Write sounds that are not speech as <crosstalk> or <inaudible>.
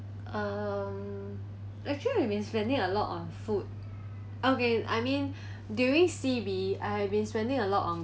um actually you mean spending a lot on food okay I mean <breath> during C_B I've been spending a lot on